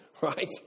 right